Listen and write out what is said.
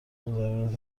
زمین